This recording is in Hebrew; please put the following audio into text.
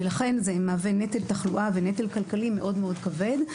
ולכן זה מהווה נטל תחלואה ונטל כלכלי מאוד מאוד כבד.